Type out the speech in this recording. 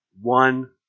one